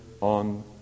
on